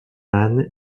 âne